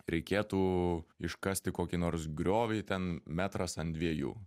reikėtų iškasti kokį nors griovį ten metras ant dviejų